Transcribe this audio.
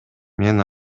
мен